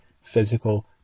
physical